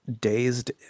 dazed